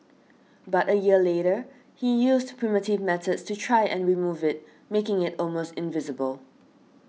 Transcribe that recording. but a year later he used primitive methods to try and remove it making it almost invisible